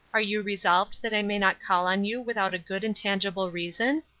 are you resolved that i may not call on you without a good and tangible reason?